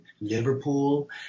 Liverpool